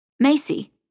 Macy